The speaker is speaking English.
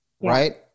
Right